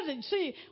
See